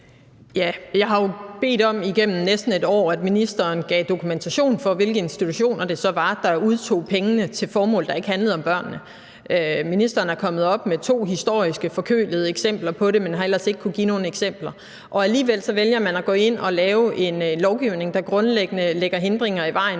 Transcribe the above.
Jeg har jo bedt om igennem næsten et år, at ministeren gav dokumentation for, hvilke institutioner det så var, der udtog pengene til formål, der ikke handlede om børnene. Ministeren er kommet op med to historiske, forkølede eksempler på det, men har ellers ikke kunnet give nogen eksempler. Alligevel vælger man at gå ind at lave en lovgivning, der grundlæggende lægger hindringer i vejen